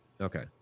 okay